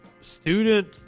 student